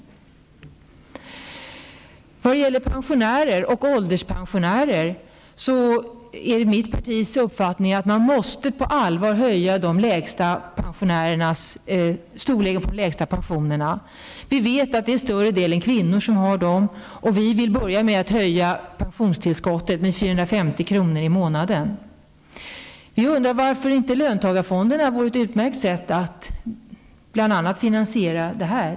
När det gäller förtidspensionärer och ålderspensionärer är det mitt partis uppfattning att man på allvar måste höja storleken på de lägsta pensionerna. Det är till större delen kvinnor som har dessa, och vi vill börja med att höja pensionstillskottet med 450 kr. i månaden. Vi undrar om inte löntagarfonderna vore ett utmärkt medel för att bl.a. finansiera det här.